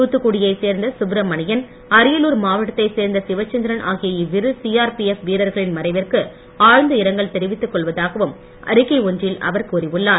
தூத்துக்குடி யைச் சேர்ந்த சுப்பிரமணியன் அரியலூர் மாவட்டதைச் சேர்ந்த சிவச்சந்திரன் ஆகிய இவ்விரு சிஆர்பிஎப் வீரர்களின் மறைவிற்கு ஆழ்ந்த இரங்கல் தெரிவித்துக் கொள்வதாகவும் அறிக்கை ஒன்றில் அவர் கூறியுள்ளார்